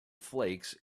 flakes